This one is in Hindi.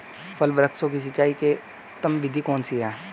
फल वृक्षों की सिंचाई की उत्तम विधि कौन सी है?